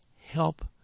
help